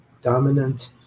dominant